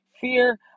Fear